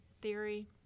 theory